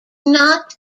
not